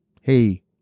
hey